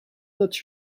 not